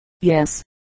yes